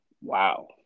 Wow